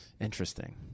Interesting